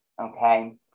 Okay